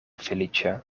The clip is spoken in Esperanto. feliĉa